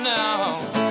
now